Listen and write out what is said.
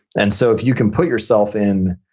and so if you can put yourself in,